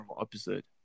episode